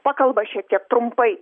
pakalba šiek tiek trumpai